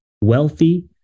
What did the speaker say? wealthy